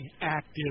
active